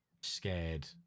scared